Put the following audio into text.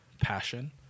passion